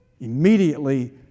Immediately